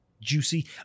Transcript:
juicy